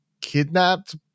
kidnapped